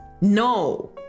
No